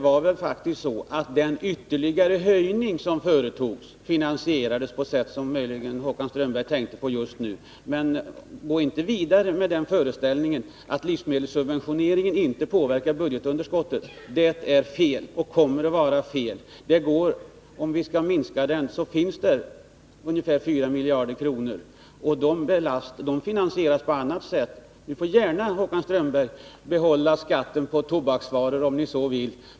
Det var faktiskt så att den ytterligare höjning som företogs finansierades på det sätt som Håkan Strömberg möjligen tänkte på just nu. Men gå inte vidare med föreställningen att livsmedelssubventionerna inte påverkar budgetunderskottet. Det är fel och kommer att vara fel. Det gäller här ett belopp på ungefär 4 miljarder kronor, och det finansieras på annat sätt. Skall vi minska budgetunderskottet, Håkan Strömberg, får ni gärna behålla skatten på tobaksvaror, om ni så vill.